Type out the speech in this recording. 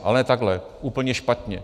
Ale ne takhle, úplně špatně.